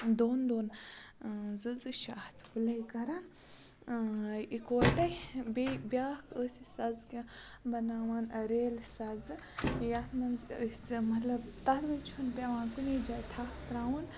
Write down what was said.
دۄن دۄن زٕ زٕ چھِ اَتھ پُلے کَران یِکوَٹَے بیٚیہِ بیٛاکھ ٲسۍ سَزکہِ بَناوان ریلہِ سَزٕ یَتھ منٛز أسۍ مطلب تَتھ منٛز چھُنہٕ پٮ۪وان کُنی جایہِ تھپھ ترٛاوُن